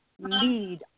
lead